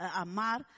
amar